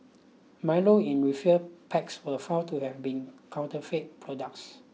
milo in refill packs were found to have been counterfeit products